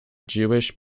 jewish